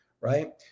right